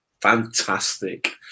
fantastic